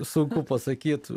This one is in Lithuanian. sunku pasakyt